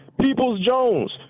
Peoples-Jones